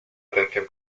atención